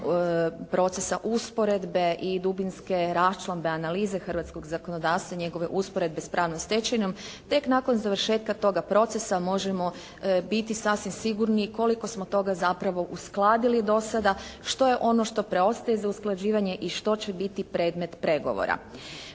procesa usporedbe i dubinske raščlambe analize hrvatskog zakonodavstva i njegove usporedbe s pravnom stečevinom, tek nakon završetka toga procesa možemo biti sasvim sigurni koliko smo toga zapravo uskladili do sada, što je ono što preostaje za usklađivanje i što će biti predmet pregovora.